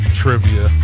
trivia